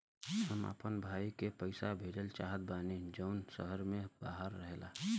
हम अपना भाई के पइसा भेजल चाहत बानी जउन शहर से बाहर रहेला